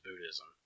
Buddhism